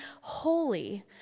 holy